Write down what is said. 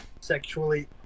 Sexually